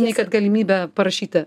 nei kad galimybę parašyti